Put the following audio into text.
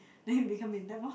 then you become in debt lor